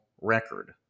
Record